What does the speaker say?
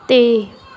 ਅਤੇ